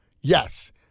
Yes